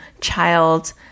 child